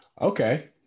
Okay